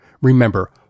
Remember